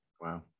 Wow